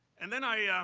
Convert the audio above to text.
and then i.